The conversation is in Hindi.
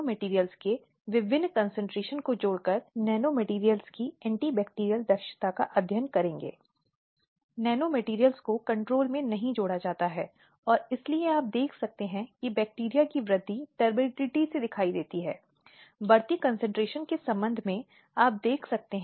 महिलाओं के खिलाफ और उनके अधिकारों के सिद्धांतों को रखना उनकी गरिमा को सुरक्षित रखा जा सकता है और उन मामलों में कठोर सजा दी जा सकती है जहां उनके पति महिलाओं के खिलाफ अपराधों के लिए क्रूरता बरतते हैं